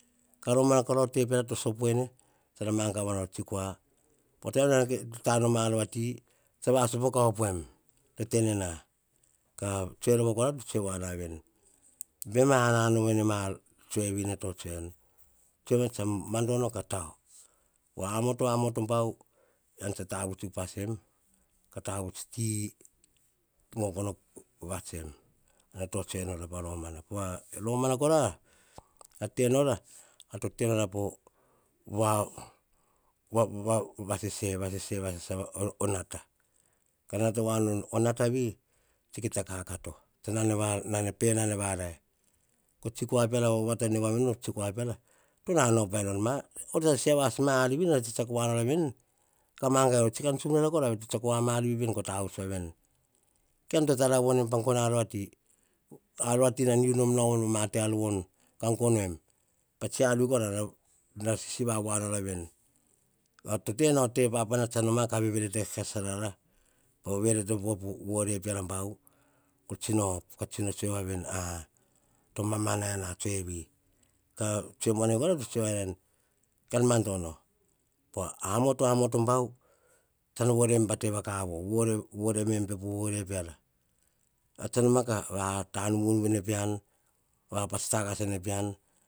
Ka romana kora te peara to sopuenne tsara mangava nora tsi kua, po taim nan ta nom o ar vati, tsa va sopo ka opuem to te ne na. Ka tsue rova kora to tsue na veni, baim ma ana novenom, ar tsue vi nan tso tsue nu, tsue nan mandono ka tau. Po amoto, amoto bau yian tsa tavuts upas em? Ka tavuts ti, gon gono vats em. Nara to tsue nora pa romana. Po wa romana kora kate nora, yiara to te nora po va sese va sese vasa o nata. Ka nata wa nom, nata vi kita kakato pe nane va rai po tsi kua peara, vata ne wa veni no nau pa norma oria tsa siava as ma ar vi na ra tse tsiako nora veni, ka mangava, kan tsum rara to tsiako mar veri ka tavutswa ma veni. Yian to tara vonem pa gono ar vati, ar vati nan yiu nom pa mar von ka gonuem pa tsiar vi kora nara sisiva wa nor veni. To tena papa na tsa noma ka veverete kia sasa rara po verete vore peara bau kotsi no op, ka tsue wa veni, a to mama nana tsue vi, tsue buana vi kora to tsue ven, kan mandono po amoto amoto bau tsa vore me nen te vere kavo, vore me nem po vore peara. O yia tsa noma ka va tanum numbu ne pean, pats takasene pean.